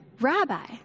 Rabbi